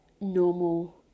normal